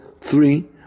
three